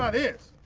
ah if